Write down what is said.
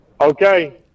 Okay